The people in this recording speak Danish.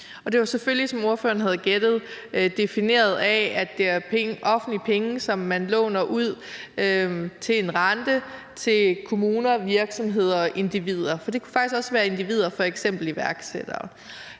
det var selvfølgelig, som ordføreren gættede, defineret af, at det er offentlige penge, som man til en rente låner ud til kommuner, virksomheder og individer. For det kan faktisk også være til individer, f.eks. iværksættere.